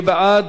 מי בעד,